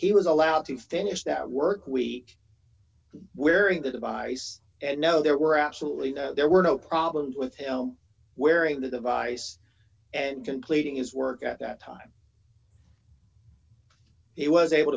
he was allowed to finish that work week wearing the device and no there were absolutely no there were no problems with you know wearing the device and completing his work at that time he was able